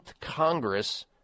Congress